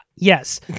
Yes